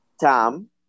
Tom